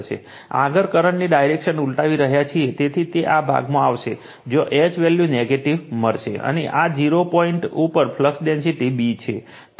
આગળ કરંટની ડાયરેક્શન ઉલટાવી રહ્યા છીએ તેથી તે આ ભાગમાં આવશે જ્યાં H વેલ્યુ નેગેટિવ મળશે અને આ 0 પોઇન્ટ ઉપર ફ્લક્સ ડેન્સિટી B છે